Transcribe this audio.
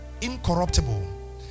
incorruptible